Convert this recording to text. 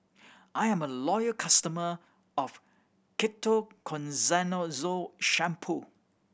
I'm a loyal customer of Ketoconazole Shampoo